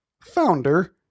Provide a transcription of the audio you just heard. founder